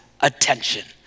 attention